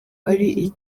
ari